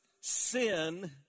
sin